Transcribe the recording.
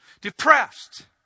depressed